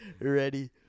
Ready